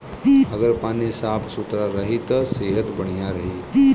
अगर पानी साफ सुथरा रही त सेहत बढ़िया रही